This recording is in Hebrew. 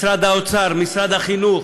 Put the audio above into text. משרד האוצר, משרד החינוך,